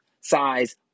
size